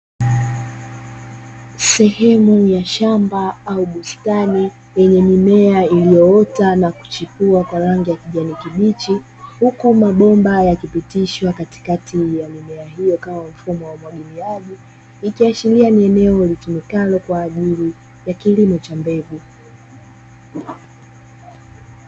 Sehemu ya shamba au bustani yenye mimea iliyoota na kuchipua kwa rangi ya kijani kibichi, huku mabomba yakipitishwa katikati ya mimea hiyo kama mfumo wa umwagiliaji ikiashiria ni eneo litumikalo kwa ajili ya kilimo cha mbegu.